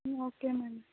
okay madam